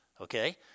okay